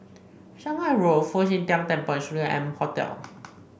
Shanghai Road Fu Xi Tang Temple and M Hotel